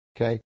Okay